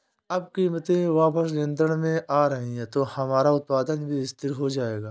अब कीमतें वापस नियंत्रण में आ रही हैं तो हमारा उत्पादन भी स्थिर हो जाएगा